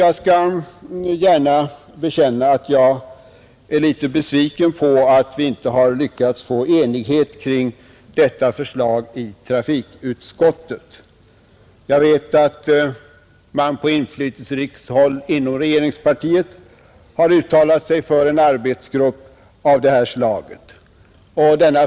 Jag skall gärna bekänna att jag är litet besviken på att vi inte har lyckats få enighet kring detta förslag i trafikutskottet. Jag vet att man på inflytelserikt håll inom regeringspartiet har uttalat sig för en arbetsgrupp av detta slag.